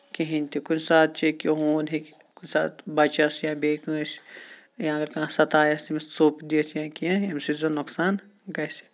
کِہینۍ تہِ کُنہِ ساتہٕ ہٮ۪کہِ ہوٗن ہٮ۪کہِ کُنہِ ساتہٕ بَچَس یا بیٚیہِ کٲنسہِ یا اَگر کانہہ سَتایس تٔمِس ژوٚپ دِتھ یا کیٚنہہ ییٚمہِ سۭتۍ زن نۄقصان گژھِ